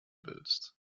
willst